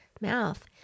mouth